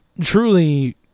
truly